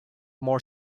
more